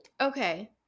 Okay